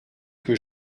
que